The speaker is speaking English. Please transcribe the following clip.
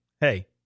hey